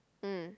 mm